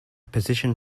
position